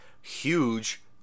Huge